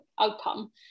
outcome